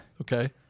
Okay